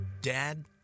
Dad